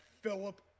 Philip